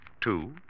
Two